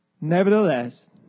Nevertheless